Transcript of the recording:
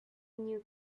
new